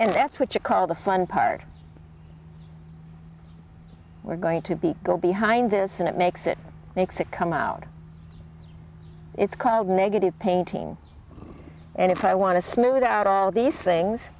and that's what you call the fun part we're going to be go behind this and it makes it makes it come out it's called negative painting and if i want to smooth out all these things